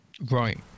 right